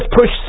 push